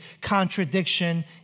contradiction